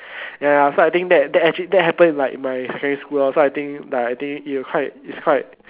ya so I think that that actually that happened in like my secondary school lor so I think like I think it will quite it's quite